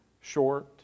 short